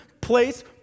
place